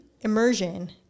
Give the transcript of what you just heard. immersion